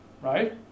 Right